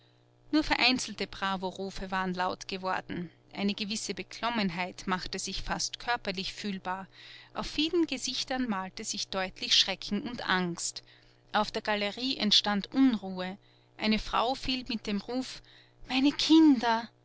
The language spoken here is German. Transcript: nur vereinzelte bravo-rufe waren laut geworden eine gewisse beklommenheit machte sich fast körperlich fühlbar auf vielen gesichtern malte sich deutlich schrecken und angst auf der galerie entstand unruhe eine frau fiel mit dem ruf meine kinder